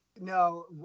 no